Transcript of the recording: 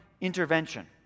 intervention